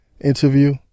interview